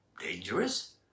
dangerous